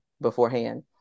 beforehand